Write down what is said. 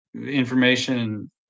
information